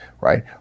right